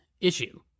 issue